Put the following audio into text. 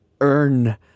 earn